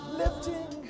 lifting